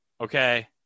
Okay